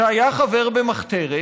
שהיה חבר במחתרת